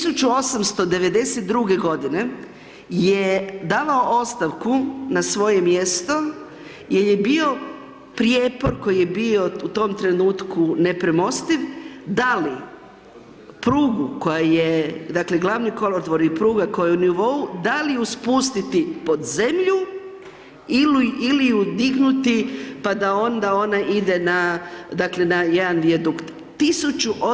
1892. godine je davao ostavku na svoje mjesto jer je bio prijepor koji je bio u tom trenutku nepremostiv da li prugu koja je, dakle glavni kolodvor i pruga koja je u nivou da li ju spustiti pod zemlju ili ju dignuti pa da onda ona ide na dakle na jedan vijadukt.